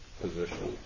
position